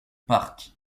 parc